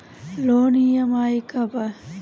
Loan EMI का बा?